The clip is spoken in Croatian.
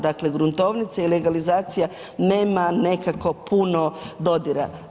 Dakle gruntovnica i legalizacija nema nekako puno dodira.